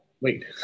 wait